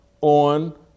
on